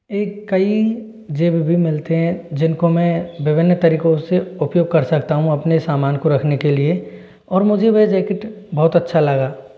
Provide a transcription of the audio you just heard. एक कई जेब भी मिलते हैं जिनको मैं विभिन्न तरीकों से उपयोग कर सकता हूँ अपने सामान को रखने के लिए और मुझे वह जैकेट बहुत अच्छा लगा